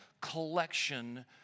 collection